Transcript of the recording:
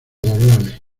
doblones